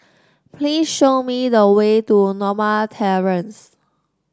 please show me the way to Norma Terrace